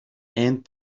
and